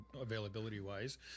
availability-wise